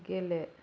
गेले